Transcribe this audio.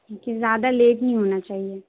کیونکہ زیادہ لیٹ نہیں ہونا چاہیے